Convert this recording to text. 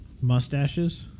mustaches